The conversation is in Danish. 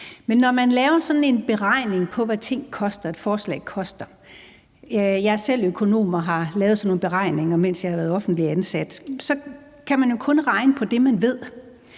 Men når man laver sådan en beregning på, hvad ting koster, hvad et forslag koster – jeg er selv økonom og har lavet sådan nogle beregninger, mens jeg har været offentligt ansat – kan man jo kun regne på det, man ved,